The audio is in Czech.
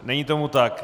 Není tomu tak.